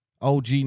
OG